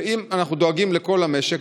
ואם אנחנו דואגים לכל המשק,